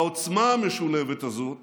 והעוצמה המשולבת הזאת